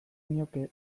nioke